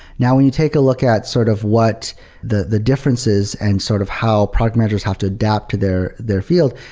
now when you take a look at sort of what the the differences and sort of how product managers have to adapt to their their field,